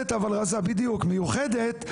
בדיוק, מיוחדת אבל רזה.